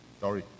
Sorry